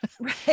right